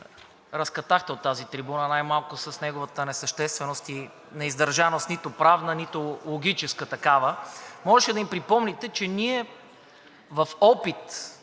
разкатахте от тази трибуна най-малкото с неговата несъщественост и неиздържаност – нито правна, нито логическа такава. Можеше да им припомните, че ние в опит